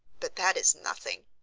but that is nothing.